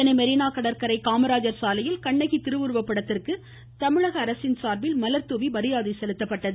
சென்னை மெரீனா கடற்கரை காமராஜர் சாலையில் கண்ணகி திருவுருப்படத்திற்கு தமிழக அரசின் சார்பில் மலர்தூவி மரியாதை செலுத்தப்பட்டது